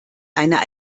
eine